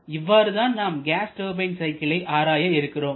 இவ்வாறுதான் நாம் gas turbine சைக்கிளை ஆராய இருக்கிறோம்